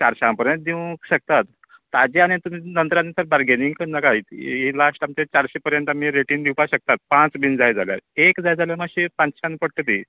चारशां पर्यंत दिवंक शकतात ताजा आनी नंतर सर बार्गिनीिग करनाकात ही लास्ट आमचें चारशें पर्यंत आमी रेटीन दिवपा शकतात पांच बीन जाय जाल्यात एक जाय जाल्या मातशें पांचश्यांत पडटा ती